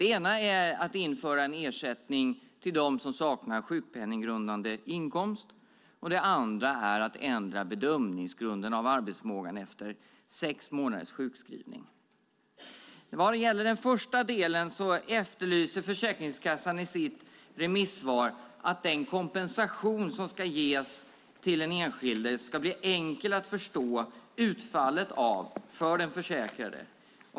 Den ena är att införa en ersättning till dem som saknar sjukpenninggrundande inkomst. Den andra är att ändra bedömningsgrund när det gäller arbetsförmågan efter sex månaders sjukskrivning. Vad gäller den första delen efterlyser Försäkringskassan i sitt remissvar att den kompensation som ska ges till den enskilde ska det bli enkelt att förstå utfallet av för den försäkrade.